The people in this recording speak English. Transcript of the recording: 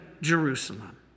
Jerusalem